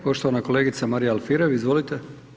Poštovana kolegica Marija Alfirev, izvolite.